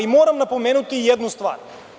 Moram napomenuti jednu stvar.